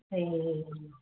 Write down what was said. ए